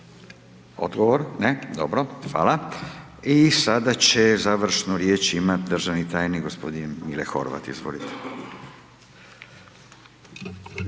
Odgovor? Ne, dobro, hvala. I sada će završnu riječ imati državni tajnik gospodin Mile Horvat. Izvolite.